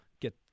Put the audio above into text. Get